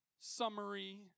summary